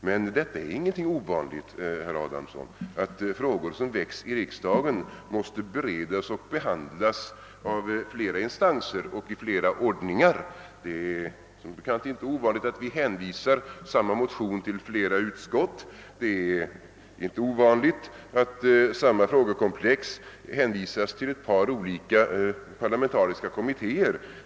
Men det är ingenting ovanligt, herr Adamsson, att frågor som väcks i riksdagen måste beredas och behandlas av flera instanser och i flera ordningar — det är som bekant inte ovanligt att vi hänvisar samma motion till flera utskott och det är inte ovanligt att samma frågekomplex hänvisas till ett par olika parlamentariska kommittéer.